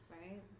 Right